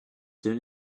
soon